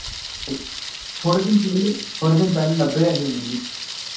थोह्ड़े दिन पैह्ले थोह्ड़े दिन पैह्ले लब्बे ऐ हे मिगी